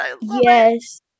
Yes